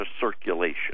circulation